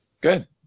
good